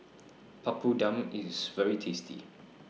Papadum IS very tasty